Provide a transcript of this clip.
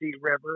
River